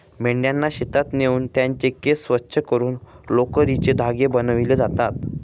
मेंढ्यांना शेतात नेऊन त्यांचे केस स्वच्छ करून लोकरीचे धागे बनविले जातात